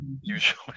usually